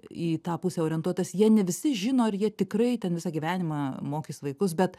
į tą pusę orientuotas jie ne visi žino ar jie tikrai ten visą gyvenimą mokys vaikus bet